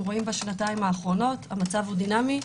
בשנתיים האחרונות רואים הוא דינמי,